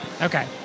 okay